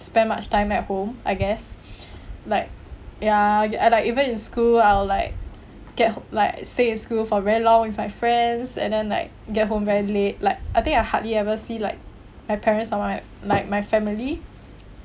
spent much time at home I guess like ya and like even in school I'll like get like stay at school for very long with my friends and then like get home very late like I think I hardly ever see like my parents or my my my family